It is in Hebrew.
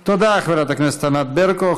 תודה, חברת הכנסת ענת ברקו.